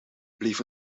bleef